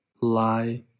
lie